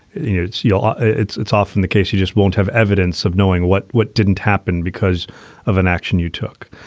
you know, it's you ah know, it's often the case. you just won't have evidence of knowing what what didn't happen because of an action you took.